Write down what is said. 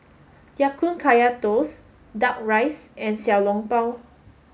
Ya Kun Kaya toast duck rice and xiao long bao